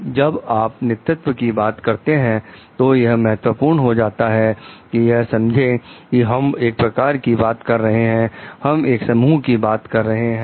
तो जब आप नेतृत्व की बात करते हैं तो यह महत्वपूर्ण हो जाता है कि यह समझे कि हम एक प्रभाव की बात कर रहे हैं हम एक समूह की बात कर रहे हैं